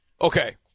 Okay